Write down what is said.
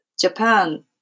Japan